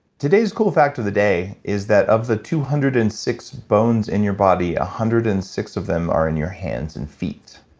today's cool fact of the day is that of the two hundred and six bones in your body, one ah hundred and six of them are in your hands and feet.